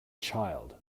child